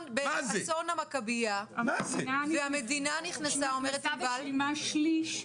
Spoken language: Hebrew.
ענבל אומרת שבאסון המכבייה --- באסון המכבייה המדינה שילמה שליש,